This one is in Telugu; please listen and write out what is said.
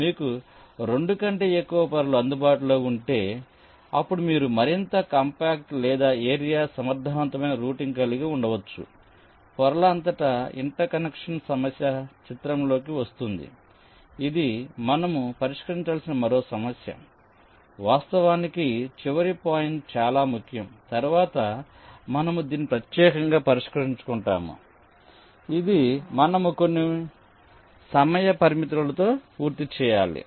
మీకు 2 కంటే ఎక్కువ పొరలు అందుబాటులో ఉంటే అప్పుడు మీరు మరింత కాంపాక్ట్ లేదా ఏరియా సమర్థవంతమైన రూటింగ్ కలిగి ఉండవచ్చు పొరల అంతటా ఇంటర్ కనెక్షన్ సమస్య చిత్రంలోకి వస్తుంది ఇది మనము పరిష్కరించాల్సిన మరో సమస్య వాస్తవానికి చివరి పాయింట్ చాలా ముఖ్యం తరువాత మనము దీన్ని ప్రత్యేకంగా పరిష్కరించుకుంటాము ఇది మనము కొన్ని సమయ పరిమితులలో పూర్తి చేయాలి